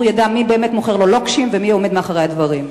ידע מי באמת מוכר לו לוקשים ומי עומד מאחורי הדברים.